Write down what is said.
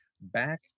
back